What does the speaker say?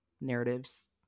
narratives